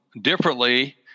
differently